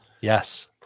Yes